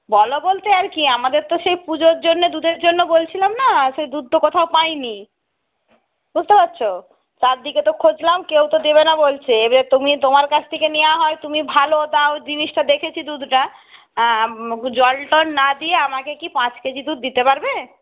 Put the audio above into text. বলো বলতে আর কি আমাদের তো সেই পুজোর জন্যে দুধের জন্য বলছিলাম না সেই দুধ তো কোথাও পাই নি বুঝতে পারছো চারদিকে তো খুঁজলাম কেউ তো দেবে না বলছে এবার তুমি তোমার কাছ থেকে নেওয়া হয় তুমি ভালো দাও জিনিসটা দেখেছি দুধটা জল টল না দিয়ে আমাকে কি পাঁচ কেজি দুধ দিতে পারবে